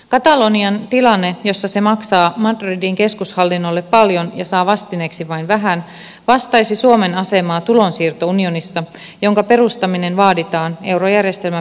katalonian tilanne jossa se maksaa madridin keskushallinnolle paljon ja saa vastineeksi vain vähän vastaisi suomen asemaa tulonsiirtounionissa jonka perustaminen vaaditaan eurojärjestelmän pelastamiseksi